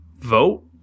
vote